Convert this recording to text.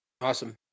Awesome